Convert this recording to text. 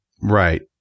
Right